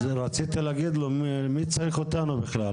רציתי להגיד לו מי צריך אותנו בכלל,